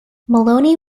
maloney